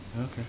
Okay